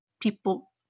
people